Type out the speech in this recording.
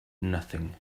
nothing